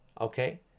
Okay